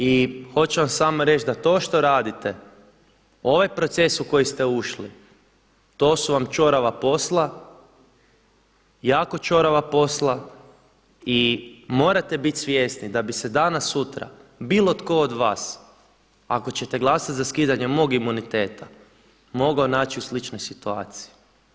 I hoću vam samo reći da to što radite ovaj proces u koji ste ušli, to su vam ćorava posla, jako ćorava posla i morate biti svjesni da bi se danas-sutra bilo tko od vas, ako ćete glasati za skidanje mog imuniteta, mogao naći u sličnoj situaciji.